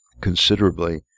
considerably